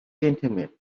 gentlemen